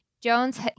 Jones